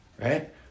Right